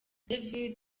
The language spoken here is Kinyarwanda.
david